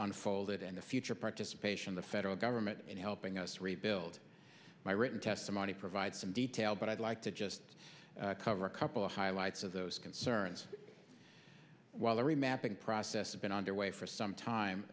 unfolded and the future participation of the federal government in helping us rebuild my written testimony provide some detail but i'd like to just cover a couple of highlights of those concerns while the remapping process has been underway for some time